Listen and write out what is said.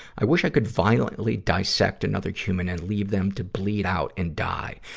i wish i could violently dissect another human and leave them to bleed out and die.